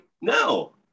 no